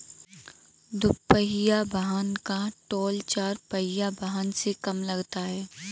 दुपहिया वाहन का टोल चार पहिया वाहन से कम लगता है